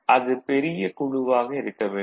அது பெரிய குழுவாக இருக்க வேண்டும்